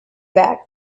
back